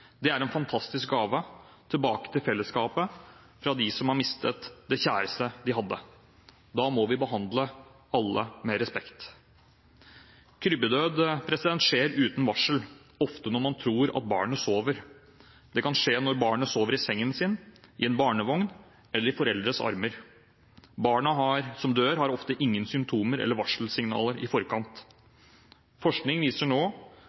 Det er en fantastisk gave tilbake til fellesskapet fra dem som har mistet det kjæreste de hadde. Da må vi behandle alle med respekt. Krybbedød skjer uten varsel, ofte når man tror at barnet sover. Det kan skje når barnet sover i sengen sin, i en barnevogn eller i forelders armer. Krybbedød gir ofte ingen symptomer eller varselsignaler i forkant. Forskning viser nå